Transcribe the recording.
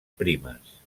primes